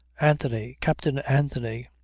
anthony. captain anthony.